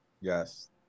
Yes